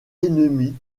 ennemis